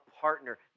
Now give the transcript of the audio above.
partner